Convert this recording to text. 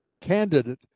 candidate